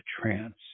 trance